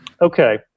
Okay